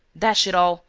dash it all,